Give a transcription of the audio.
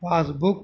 passbook